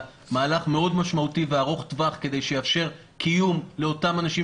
מהלך משמעותי מאוד וארוך-טווח שיאפשר קיום לאותם אנשים